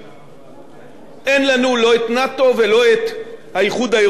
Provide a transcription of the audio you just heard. אין לנו לא את נאט"ו ולא את האיחוד האירופי ואת גוש היורו.